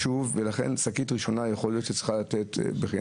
זה חשוב אבל זה מטיל על הציבור עוד עלויות.